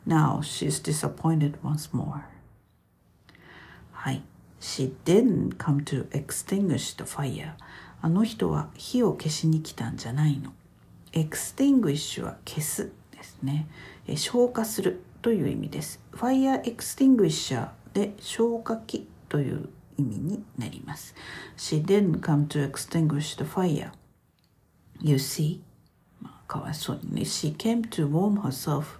Now she's disappointed once more.はい。She didn't come to extinguish the fire.あの人は火を消しに来たんじゃないの。Extinguishは消すですね。え、消火するという意味です。Fire extinguisherで消火器という意味になります。She didn't come to extinguish the fire. You see?まあ、かわいそうにね。She came to warm herself.